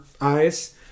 eyes